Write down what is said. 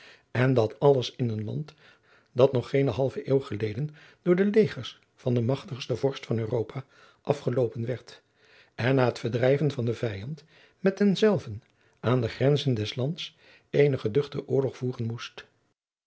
en dat alles in een land dat nog geene halve eeuw geleden door de legers van den magtigsten vorst van europa afgeloopen werd en na het verdrijven van den vijand met denzelven aan de grenzen des lands eenen geduchten oorlog voeren moest